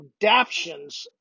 adaptions